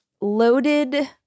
loaded